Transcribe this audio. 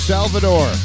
Salvador